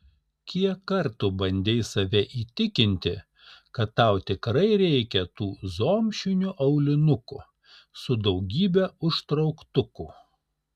kiek kartų bandei save įtikinti kad tau tikrai reikia tų zomšinių aulinukų su daugybe užtrauktukų